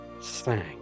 sang